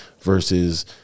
versus